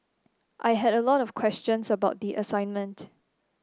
I had a lot of questions about the assignment